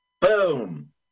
Boom